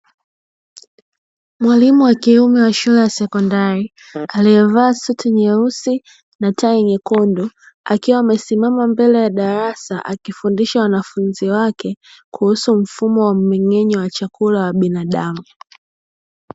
Mwalimu wa kiume wa shule ya sekondari aliyevaa suti nyeusi na tai nyekundu, akiwa amesimama mbele ya darasa akifundisha wanafunzi wake kuhusu mfumo wa mmeng'enyo wa chakula wa binadamu.